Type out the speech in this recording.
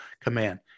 command